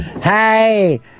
Hey